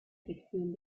sección